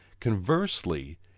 Conversely